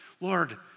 Lord